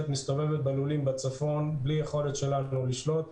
אם הלולנים צריכים לדאוג לניטור סלמונלה ולא משרד החקלאות,